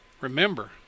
Remember